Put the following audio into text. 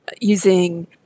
using